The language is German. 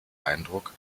eindruck